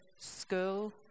school